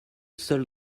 seul